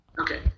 Okay